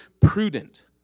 prudent